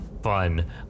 fun